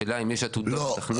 השאלה אם יש עתודות לתכנן.